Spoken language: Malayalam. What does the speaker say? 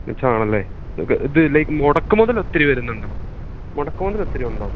മിച്ചമാണല്ലേ ഇത് ഇത് ലൈക് മുടക്കുമുതല് ഒത്തരി വരുന്നുണ്ടോ മുടക്കുമുതല് ഒത്തിരിയുണ്ടോ